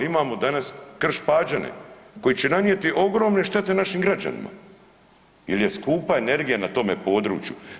Imamo danas Krš-Pađene koji će nanijeti ogromne štete našim građanima jer je skupa energija na tome području.